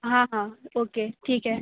हाँ हाँ ओके ठीक है